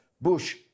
Bush